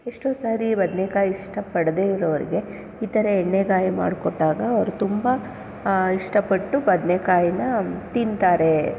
ಎಷ್ಟೋ ಸಾರಿ ಬದನೇಕಾಯಿ ಇಷ್ಟಪಡದೇ ಇರೋರಿಗೆ ಈ ಥರ ಎಣ್ಣೇಗಾಯಿ ಮಾಡ್ಕೊಟ್ಟಾಗ ಅವ್ರು ತುಂಬ ಇಷ್ಟಪಟ್ಟು ಬದ್ನೇಕಾಯನ್ನ ತಿಂತಾರೆ